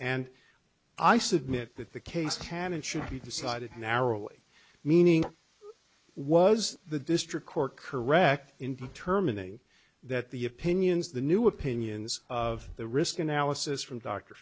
and i submit that the case can and should be decided narrowly meaning was the district court correct in determining that the opinions the new opinions of the risk analysis from dr